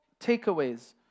Takeaways